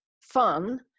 fun